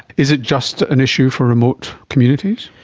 is it just an issue for remote communities?